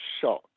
shock